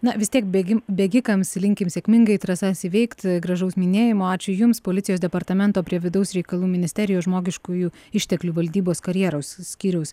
na vis tiek bėgim bėgikams linkim sėkmingai trasas įveikt gražaus minėjimo ačiū jums policijos departamento prie vidaus reikalų ministerijos žmogiškųjų išteklių valdybos karjeros skyriaus